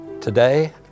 today